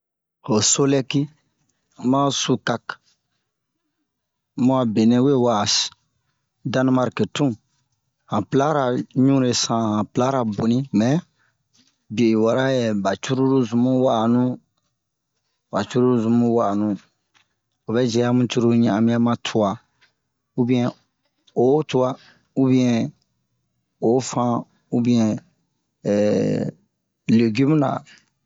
ho solɛki ma ho sokak mu benɛ we wa'a Danemark tun han plara ɲunle san han plara boni mɛ biye in wara yɛ ɓa curulu zunmu wa'anu ɓa curulu zunmu wa'anu o vɛ ji amu curulu ɲan'anmiyan ma tuwa ubiyɛn o tuwa ubiyɛn o fan ubiyɛn legimu-ra